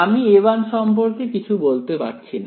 আমি A1 সম্পর্কে কিছু বলতে পারছি না